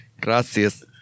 Gracias